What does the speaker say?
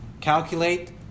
calculate